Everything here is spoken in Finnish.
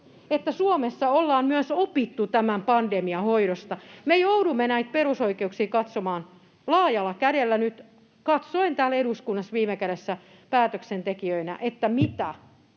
Suomessa ollaan myös opittu tämän pandemian hoidosta. Me joudumme näitä perusoikeuksia katsomaan laajalla kädellä nyt katsoen täällä eduskunnassa viime kädessä päätöksentekijöinä, mitä